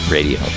Radio